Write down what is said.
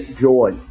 joy